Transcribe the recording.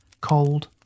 cold